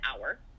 hour